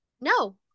No